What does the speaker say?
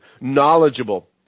knowledgeable